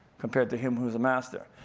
compared to him who is a master.